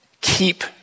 Keep